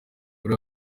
bari